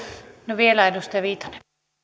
vielä edustaja viitanen arvoisa puhemies